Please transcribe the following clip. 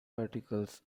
articles